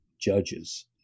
judges